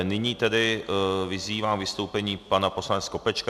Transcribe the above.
Nyní tedy vyzývám k vystoupení pana poslance Skopečka.